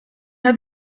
habe